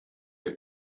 der